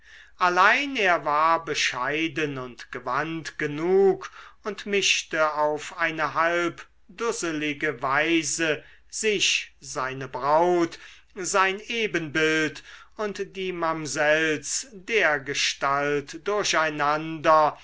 allein er war bescheiden und gewandt genug und mischte auf eine halb dusselige weise sich seine braut sein ebenbild und die mamsells dergestalt durcheinander